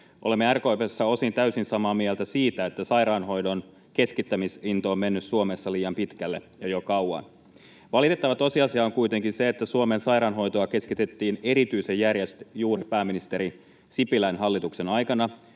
Olemme RKP:ssä osin täysin samaa mieltä siitä, että sairaanhoidon keskittämisinto on mennyt Suomessa liian pitkälle ja jo kauan. Valitettava tosiasia on kuitenkin se, että Suomen sairaanhoitoa keskitettiin erityisen järeästi juuri pääministeri Sipilän hallituksen aikana